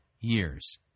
years